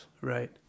right